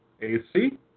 AC